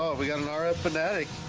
we got an hour up and attic